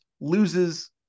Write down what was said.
loses